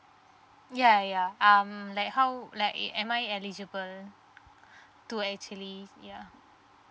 yeah yeah um like how like am I eligible to actually yeah